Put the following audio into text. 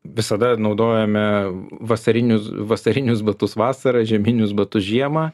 visada naudojame vasarinius vasarinius batus vasarą žieminius batus žiemą